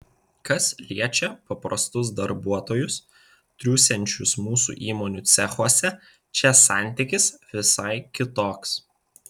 kas liečia paprastus darbuotojus triūsiančius mūsų įmonių cechuose čia santykis visai kitoks